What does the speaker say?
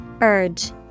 Urge